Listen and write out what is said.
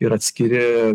ir atskiri